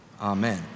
Amen